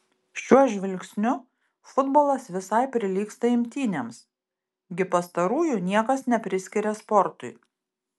šiuo žvilgsniu futbolas visai prilygsta imtynėms gi pastarųjų niekas nepriskiria sportui